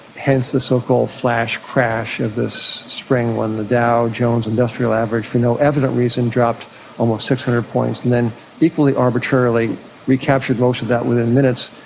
hence the so-called flash crash of this spring, when the dow jones industrial average for no evident reason, dropped almost six hundred points, and then equally arbitrarily recaptured most of that within minutes,